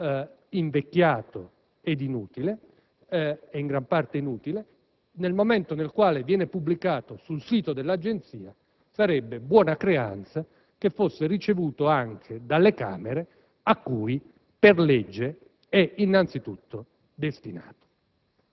invecchiato e in grande parte inutile, nel momento in cui viene pubblicato sul sito dell'Agenzia, sarebbe buona creanza che fosse ricevuto anche dalle Camere, cui per legge è innanzitutto destinato.